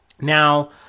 Now